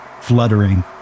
fluttering